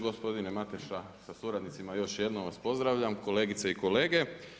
Gospodine Mateša sa suradnicima još jednom vas pozdravljam, kolegice i kolege.